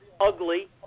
ugly